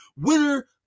Winner